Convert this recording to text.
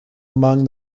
among